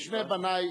אם שני בני,